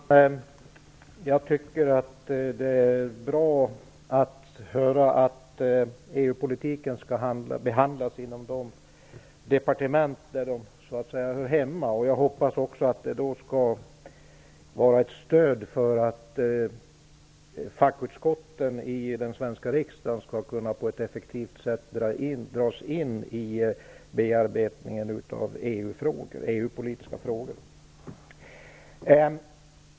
Fru talman! Jag tycker att det är bra att höra att EU-politiken skall behandlas inom de departement där frågorna hör hemma. Jag hoppas också att det skall vara ett stöd för att fackutskotten i den svenska riksdagen på ett effektivt sätt skall kunna dras in i bearbetningen av EU-politiska frågor.